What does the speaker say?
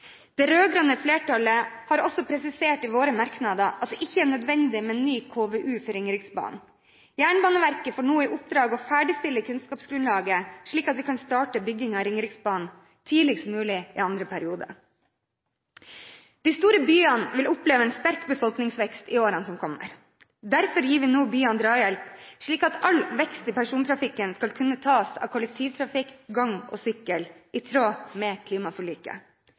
Det rød-grønne flertallet har også presisert i merknadene at det ikke er nødvendig med ny KVU for Ringeriksbanen. Jernbaneverket får nå i oppdrag å ferdigstille kunnskapsgrunnlaget, slik at vi kan starte byggingen av Ringeriksbanen tidligst mulig i annen periode. De store byene vil oppleve en sterk befolkningsvekst i årene som kommer. Derfor gir vi nå byene drahjelp, slik at all vekst i persontrafikken skal kunne tas av kollektivtrafikk, gange og sykkel, i tråd med klimaforliket.